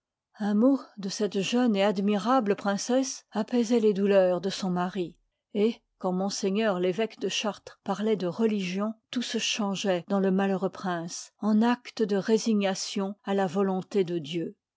un mot de cette jeune et admirable princesse apaisoit les douleurs de son mari et quand m l évêque de chartres parloit de religion tout se changeoit dans le malheureux prince en acte de résignation à la volonté de dieu